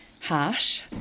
harsh